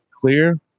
clear